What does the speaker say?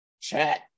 chat